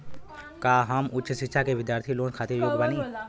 का हम उच्च शिक्षा के बिद्यार्थी लोन खातिर योग्य बानी?